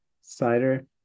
cider